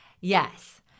Yes